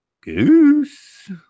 Goose